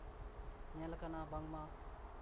ᱧᱮᱞ ᱟᱠᱟᱱᱟ ᱵᱟᱝᱢᱟ